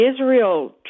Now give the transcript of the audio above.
israel